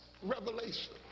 revelation